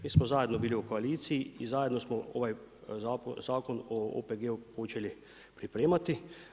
Mi smo zajedno bili u koaliciji i zajedno smo ovaj Zakon o OPG-u počeli pripremati.